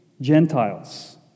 Gentiles